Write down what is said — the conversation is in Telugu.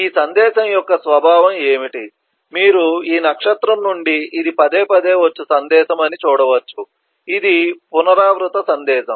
ఈ సందేశం యొక్క స్వభావం ఏమిటి మీరు ఈ నక్షత్రం నుండి ఇది పదేపదే వచ్చు సందేశం అని చూడవచ్చు ఇది పునరావృత సందేశం